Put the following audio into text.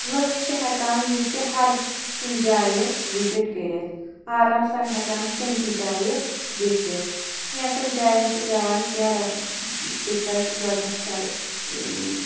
لوٗکھ چھِ ہیٚکان ییٚتہِ ہر کُنہ جایہِ وِزِٹ کٔرِتھ آرام سان ہیٚکان کُنہ تہِ جایہِ گٔژھِتھ کینٛژَن جاین چھِ پیٚوان کیٚنٛہہ رَ ٹِکَٹ گۄڈٕنیٚتھ ژَ